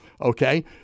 Okay